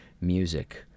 music